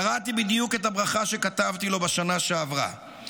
קראתי בדיוק את הברכה שכתבתי לו בשנה שעברה,